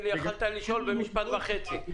הקמנו מערכת מקוונת שאפשר לגשת אליה,